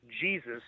Jesus